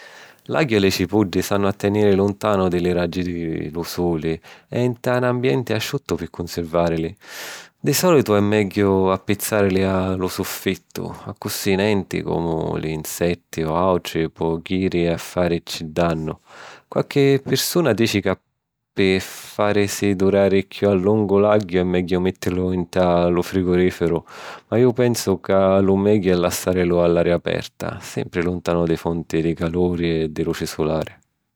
L’agghiu e li cipuddi s'hannu a tèniri luntanu di li raggi di lu suli e nta 'n ambienti asciuttu pi cunsirvàrili. Di sòlitu è megghiu appizzàrili a lu suffittu, accussì nenti, comu li nsetti o àutri, po jiri a fàrici dannu. Qualchi pirsuna dici ca pi fàrisi durari chiù a longu l’agghiu è megghiu mittìrilu nta lu frigorìfiru, ma iu pensu ca lu megghiu è lassàrilu a l’aria aperta, sempri luntanu di fonti di caluri e di luci sulari.